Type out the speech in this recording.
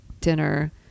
dinner